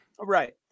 Right